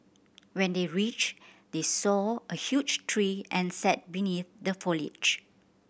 when they reached they saw a huge tree and sat beneath the foliage